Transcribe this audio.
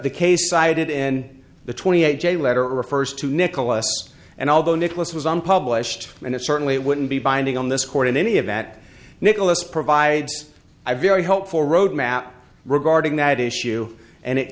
the case cited in the twenty eight day letter refers to nicholas and although nicholas was unpublished and it certainly wouldn't be binding on this court in any event nicholas provides i very helpful roadmap regarding that issue and it